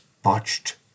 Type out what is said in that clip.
botched